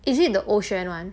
is it the 欧萱 [one]